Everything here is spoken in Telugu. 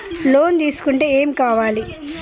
లోన్ తీసుకుంటే ఏం కావాలి?